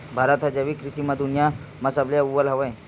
भारत हा जैविक कृषि मा दुनिया मा सबले अव्वल हवे